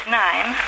nine